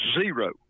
zero